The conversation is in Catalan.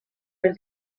per